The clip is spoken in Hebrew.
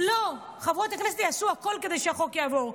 לא, חברות הכנסת יעשו הכול כדי שהחוק יעבור.